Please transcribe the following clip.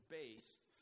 based